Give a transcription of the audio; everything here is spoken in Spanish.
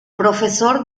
profesor